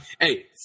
Hey